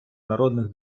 народних